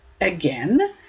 Again